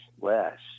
less